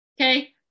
Okay